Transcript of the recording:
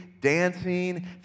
dancing